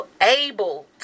able